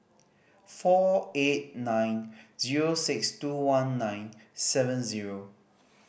four eight nine zero six two one nine seven zero